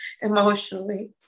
emotionally